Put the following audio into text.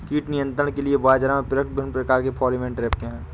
कीट नियंत्रण के लिए बाजरा में प्रयुक्त विभिन्न प्रकार के फेरोमोन ट्रैप क्या है?